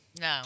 No